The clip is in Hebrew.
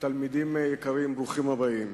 תלמידים יקרים, ברוכים הבאים,